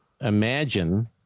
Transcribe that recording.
imagine